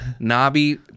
Nabi